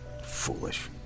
foolish